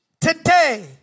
today